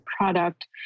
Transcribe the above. product